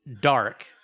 dark